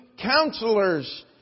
counselors